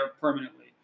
permanently